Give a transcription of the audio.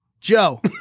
joe